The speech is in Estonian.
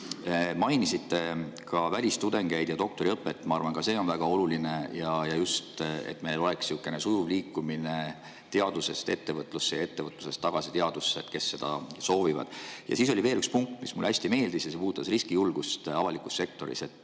Mainisite ka välistudengeid ja doktoriõpet. Ma arvan, ka see on väga oluline ja just see, et meil oleks sujuv liikumine teadusest ettevõtlusesse ja ettevõtlusest tagasi teadusse, kui seda soovitakse. Ja siis oli veel üks punkt, mis mulle hästi meeldis, see puudutas riskijulgust avalikus sektoris.